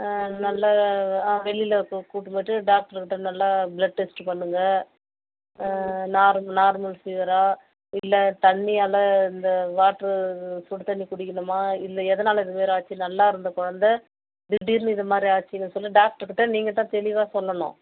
நல்ல வெளியில் கூட்டுனு போயிட்டு டாக்டருக்கிட்ட நல்லா பிளட் டெஸ்ட் பண்ணுங்கள் நார் நார்மல் ஃபீவரா இல்லை தண்ணியால் இந்த வாட்டர் சூடு தண்ணி குடிக்கணுமா இல்லை எதனால் இது மாதிரி ஆச்சு நல்லா இருந்த குழந்த திடீர்னு இதை மாதிரி ஆச்சுன்னு சொல்லி டாக்டருக்கிட்ட நீங்கள் தான் தெளிவாக சொல்லணும்